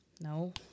No